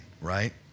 right